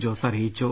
ജോസ് അറിയിച്ചു